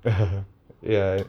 ya